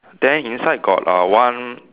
then inside got uh one